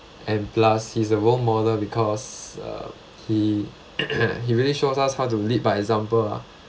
and plus he's a role model because uh he he really shows us how to lead by example ah